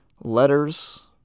letters